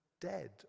dead